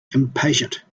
impatient